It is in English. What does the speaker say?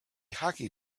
hockey